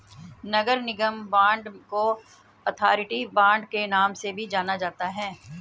नगर निगम बांड को authority bond के नाम से भी जाना जाता है